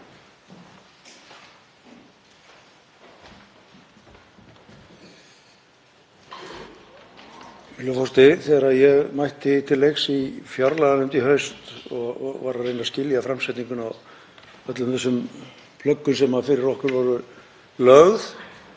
Virðulegur forseti. Þegar ég mætti til leiks í fjárlaganefnd í haust og var að reyna að skilja framsetninguna á öllum þessum plöggum sem fyrir okkur voru lögð